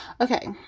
okay